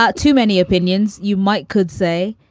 ah too many opinions. you might could say,